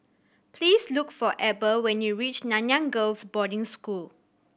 please look for Eber when you reach Nanyang Girls' Boarding School